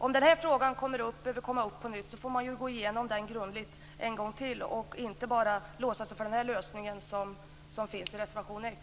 Om den här frågan behöver tas upp på nytt får vi ju gå igenom den grundligt en gång till och inte bara låsa oss för den lösning som föreslås i reservation 1.